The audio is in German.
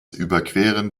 überqueren